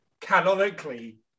canonically